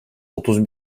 otuz